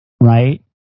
right